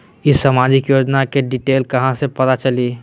ई सामाजिक योजना के डिटेल कहा से पता चली?